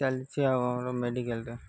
ଚାଲିଛି ଆଉ ଆମର ମେଡ଼ିକାଲରେ